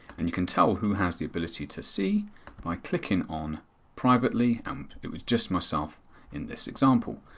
and you can tell who has the ability to see by clicking on privately. and it was just myself in this example,